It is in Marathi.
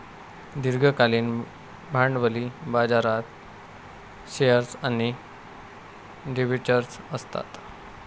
दीर्घकालीन भांडवली बाजारात शेअर्स आणि डिबेंचर्स असतात